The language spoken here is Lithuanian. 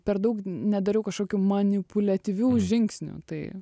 per daug nedariau kažkokių manipuliatyvių žingsnių tai